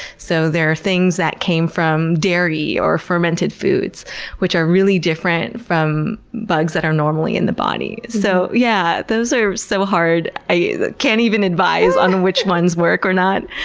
so there are things that came from dairy or fermented foods which are really different from bugs that are normally in the body. so yeah those are so hard. i can't even advise on which ones work or not.